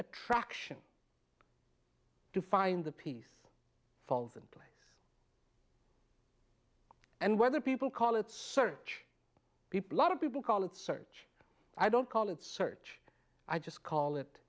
attraction to find the peace falls in place and whether people call it search people lot of people call it search i don't call it search i just call it